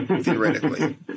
theoretically